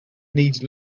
need